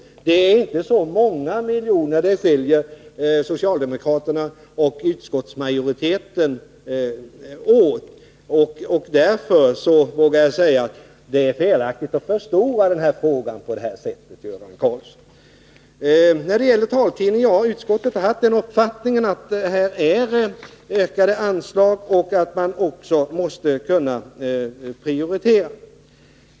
Men det är inte så många miljoner som skiljer socialdemokraterna och utskottsmajoriteten åt, och därför vågar jag säga att det är felaktigt att förstora frågan på det här sättet. När det gäller taltidningar har utskottet haft uppfattningen att man också måste kunna prioritera.